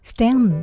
Stem